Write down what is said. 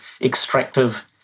extractive